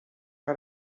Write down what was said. par